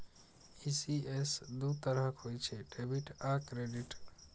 ECS दू तरहक होइ छै, डेबिट आ क्रेडिट